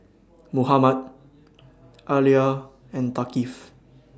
Muhammad Alya and Thaqif